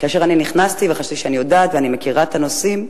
כאשר אני נכנסתי וחשתי שאני יודעת ואני מכירה את הנושאים,